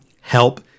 help